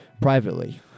privately